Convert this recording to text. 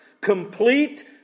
complete